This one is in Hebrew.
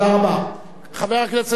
חבר הכנסת מוחמד ברכה.